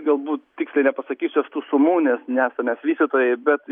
galbūt tiksliai nepasakysiu aš tų sumų nes nesam mes vystytojai bet